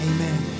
Amen